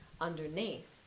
underneath